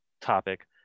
topic